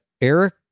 Eric